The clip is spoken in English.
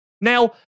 Now